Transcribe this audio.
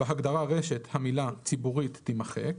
בהגדרה "רשת" המילה "ציבורית" תימחק."